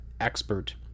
expert